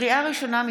לקריאה ראשונה,